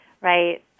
Right